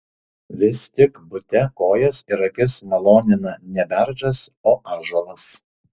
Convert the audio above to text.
vis tik bute kojas ir akis malonina ne beržas o ąžuolas